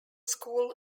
school